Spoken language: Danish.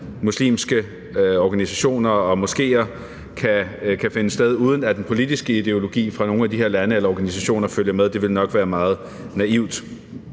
muslimske, organisationer og moskéer kan eksistere, uden at den politiske ideologi fra nogle af de her lande eller organisationer følger med, vil nok være meget naivt.